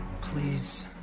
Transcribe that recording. please